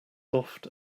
soft